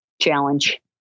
challenge